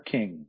King